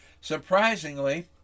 surprisingly